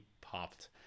popped